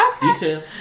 Detail